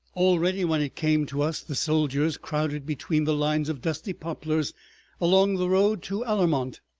already, when it came to us, the soldiers, crowded between the lines of dusty poplars along the road to allarmont,